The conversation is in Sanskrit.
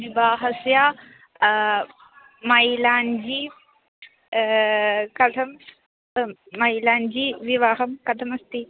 विवाहस्य मैलाञ्जी कथं मैलाञ्जी विवाहं कथमस्ति